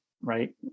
right